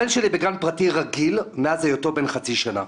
הבן שלי בגן פרטי רגיל מאז היותו בן חצי שנה.